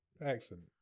Excellent